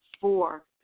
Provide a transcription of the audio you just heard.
Four